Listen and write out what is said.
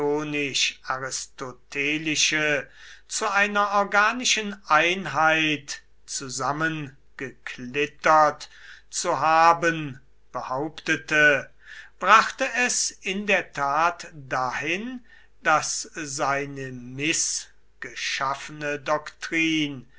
platonisch aristotelische zu einer organischen einheit zusammengeklittert zu haben behauptete brachte es in der tat dahin daß seine mißgeschaffene doktrin